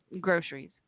groceries